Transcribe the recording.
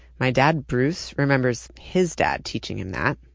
my dad bruce remembers his dad teaching him that,